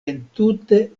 entute